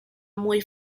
muy